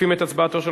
מוסיפים את הצבעתו של